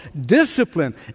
discipline